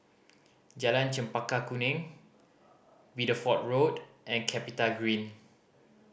Jalan Chempaka Kuning Bideford Road and CapitaGreen